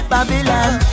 Babylon